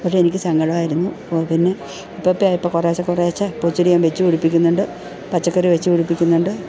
പക്ഷെ എനിക്ക് സങ്കടമായിരുന്നു ഇപ്പോൾപ്പിന്നെ ഇപ്പിപ്പോൾ ഇപ്പോൾ കുറേശ്ശെ കുറേശ്ശെ പൂച്ചെടി ഞാൻ വെച്ചു പിടിപ്പിക്കുന്നുണ്ട് പച്ചക്കറി വെച്ചു പിടിപ്പിക്കുന്നുണ്ട്